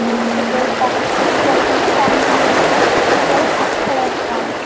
ବହୁତ ପାର୍ଟିସିପେଟ୍ ବି କରୁଛନ୍ତି ଟାଇମ୍ ବି ହୋଇନି ଏତିକି ବେଳେ ଖାଇକି ପଳେଇଆସିବା ଆମେ